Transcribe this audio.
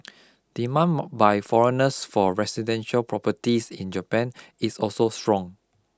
demand ma by foreigners for residential properties in Japan is also strong